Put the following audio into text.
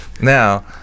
Now